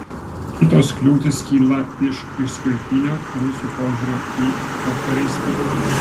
kitos kliūtis kyla iš išskirtinio rusų požiūrio į eucharistiją